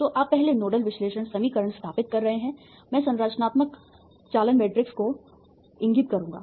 तो आप पहले नोडल विश्लेषण समीकरण स्थापित कर रहे हैं मैं संरचनात्मक चालन मैट्रिक्स को इंगित करूंगा